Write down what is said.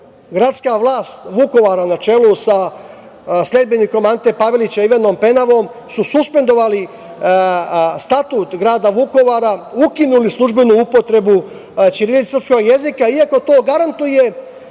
Gradska vlast Vukovara na čelu sa sledbenikom Ante Pavelića, Ivanom Penavom su suspendovali Statut grada Vukovara, ukinuli službenu upotrebu ćirilice i srpskog jezika iako to garantuje